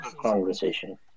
conversation